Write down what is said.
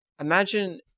imagine